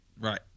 Right